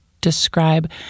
describe